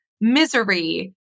misery